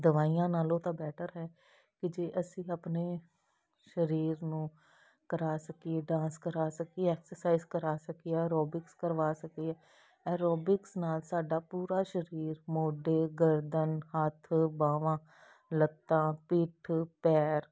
ਦਵਾਈਆਂ ਨਾਲੋਂ ਤਾਂ ਬੈਟਰ ਹੈ ਵੀ ਜੇ ਅਸੀਂ ਆਪਣੇ ਸਰੀਰ ਨੂੰ ਕਰਾ ਸਕੀਏ ਡਾਂਸ ਕਰਾ ਸਕੀਏ ਐਕਸਰਸਾਈਜ਼ ਕਰਾ ਸਕੀਏ ਔਰੋਬਿਕਸ ਕਰਵਾ ਸਕੀਏ ਔਰੋਬਿਕਸ ਨਾਲ ਸਾਡਾ ਪੂਰਾ ਸਰੀਰ ਮੋਢੇ ਗਰਦਨ ਹੱਥ ਬਾਵਾਂ ਲੱਤਾਂ ਪਿੱਠ ਪੈਰ